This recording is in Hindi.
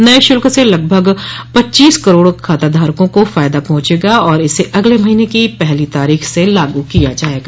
नये शुल्क से लगभग पच्चीस करोड़ खाताधारकों को फायदा पहुंचेगा और इसे अगले महीने की पहली तारीख से लागू किया जाएगा